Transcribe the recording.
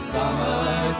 summer